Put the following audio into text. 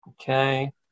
Okay